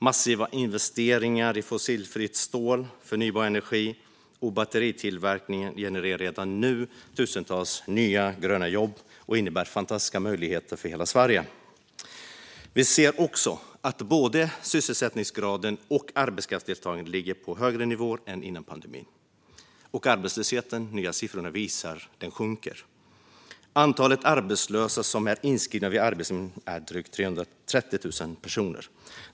Massiva investeringar i fossilfritt stål, förnybar energi och batteritillverkning genererar redan nu tusentals nya gröna jobb och innebär fantastiska möjligheter för hela Sverige. Vi ser också att både sysselsättningsgraden och arbetskraftsdeltagandet ligger på högre nivåer än innan pandemin, och de nya siffrorna visar att arbetslösheten sjunker. Antalet arbetslösa som är inskrivna vid Arbetsförmedlingen är drygt 330 000 personer.